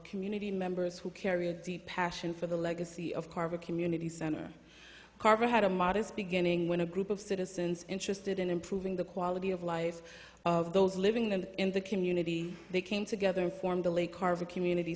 community members who carry a deep passion for the legacy of carver community center carver had a modest beginning when a group of citizens interested in improving the quality of life of those living and in the community they came together and formed a lake carver community